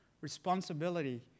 responsibility